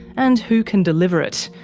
and who can deliver it.